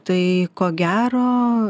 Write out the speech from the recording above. tai ko gero